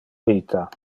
vita